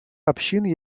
общин